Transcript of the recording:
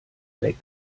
weg